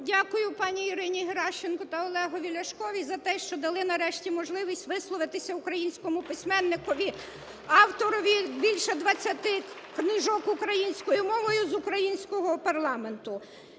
Дякую пані Ірині Геращенко та Олегові Ляшкові за те, що дали нарешті можливість висловитися українському письменникові (оплески) – авторові більше 20 книжок українською мовою з українського парламенту.